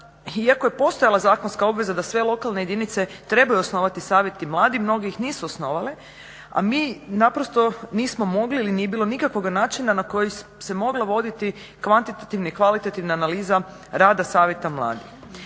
iako je postojala zakonska obveza da sve lokalne jedinice trebaju osnovati savjete mladih. Mnoge ih nisu osnovale a mi naprosto nismo mogli ili nije bilo nikakvoga načina na koji se mogla voditi kvantitativna i kvalitativna analiza rada savjeta mladih.